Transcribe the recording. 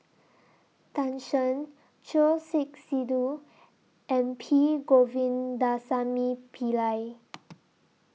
Tan Shen Choor Singh Sidhu and P Govindasamy Pillai